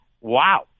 Wow